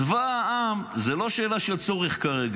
צבא העם זו לא שאלה של צורך כרגע.